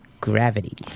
Gravity